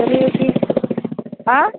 चलिए ठीक हाँ